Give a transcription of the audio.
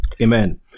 Amen